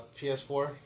PS4